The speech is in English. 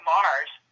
Mars